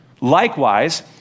Likewise